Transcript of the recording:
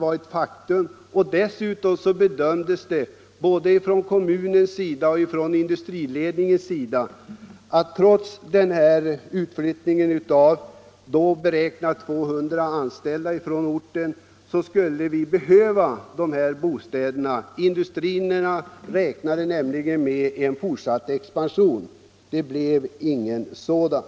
Dessutom bedömde man situationen så både från kommunens och från industriledningens sida, att trots en beräknad utflyttning från orten på 200 anställda skulle bostäderna behövas. Industrierna räknade nämligen med en fortsatt expansion. Det blev dock ingen sådan.